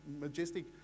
majestic